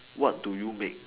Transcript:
what do you make